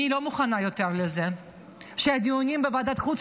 אני לא מוכנה יותר לזה שהדיונים בוועדת החוץ